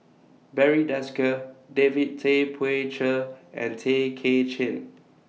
Barry Desker David Tay Poey Cher and Tay Kay Chin